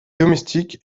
domestiques